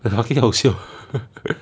很 fucking 好笑